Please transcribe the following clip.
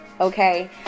Okay